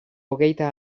hogeita